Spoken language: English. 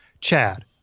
Chad